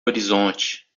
horizonte